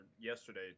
yesterday